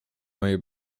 moje